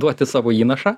duoti savo įnašą